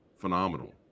Phenomenal